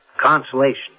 consolation